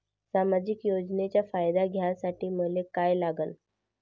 सामाजिक योजनेचा फायदा घ्यासाठी मले काय लागन?